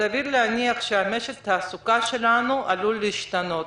סביר להניח שמשק התעסוקה שלנו עשוי להשתנות.